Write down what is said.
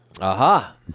Aha